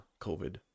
COVID